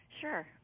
Sure